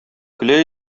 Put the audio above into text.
көлә